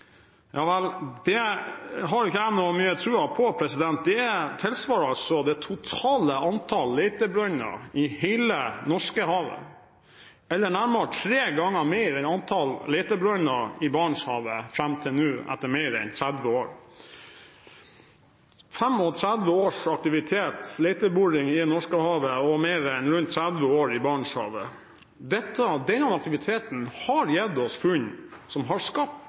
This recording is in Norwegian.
Ja vel, men det har ikke jeg mye tro på. Det tilsvarer det totale antallet letebrønner i hele Norskehavet eller nærmere tre ganger flere enn antallet letebrønner i Barentshavet fram til nå, etter mer enn 30 år. 35 års aktivitet og leteboring i Norskehavet og rundt 30 år i Barentshavet: Denne aktiviteten har gitt oss funn som har skapt